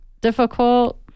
difficult